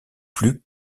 plus